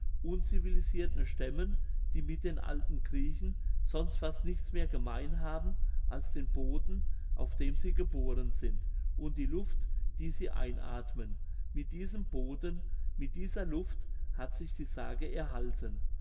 uncultivirten stämmen die mit den alten griechen sonst fast nichts mehr gemein haben als den boden auf dem sie geboren sind und die luft die sie einathmen mit diesem boden mit dieser luft hat sich die sage erhalten